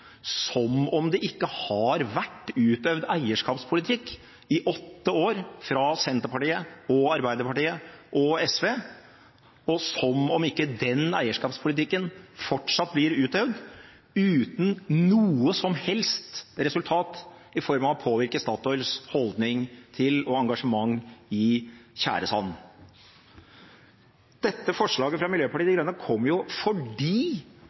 Som om det ikke har vært utøvd eierskapspolitikk i åtte år – fra Senterpartiet, Arbeiderpartiet og SV – og som om ikke den eierskapspolitikken fortsatt blir utøvd, uten noe som helst resultat i form av å påvirke Statoils holdning til og engasjement i tjæresand? Dette forslaget fra Miljøpartiet De Grønne kommer jo fordi